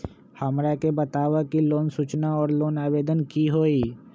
हमरा के बताव कि लोन सूचना और लोन आवेदन की होई?